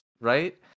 right